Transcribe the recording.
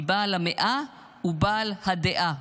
כי בעל המאה הוא בעל הדעה.